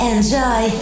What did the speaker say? Enjoy